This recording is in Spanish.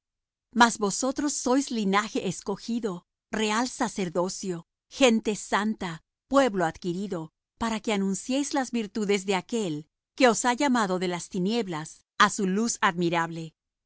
mas vosotros sois linaje escogido real sacerdocio gente santa pueblo adquirido para que anunciéis las virtudes de aquel que os ha llamado de las tinieblas á su luz admirable